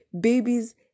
babies